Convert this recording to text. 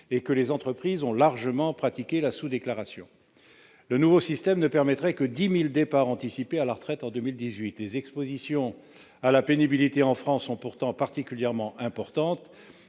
et que les entreprises ont largement pratiqué la sous-déclaration. Le nouveau système ne permettrait que 10 000 départs anticipés à la retraite en 2018. Pourtant, les expositions à la pénibilité sont particulièrement importantes